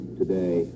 today